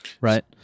right